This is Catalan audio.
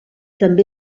també